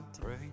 pray